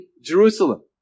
Jerusalem